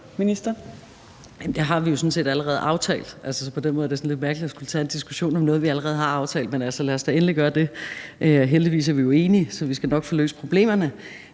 den måde er det lidt mærkeligt at skulle tage en diskussion om noget, vi allerede har aftalt, men lad os da endelig gøre det. Heldigvis er vi jo enige, så vi skal nok få løst problemerne.